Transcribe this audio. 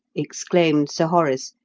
exclaimed sir horace,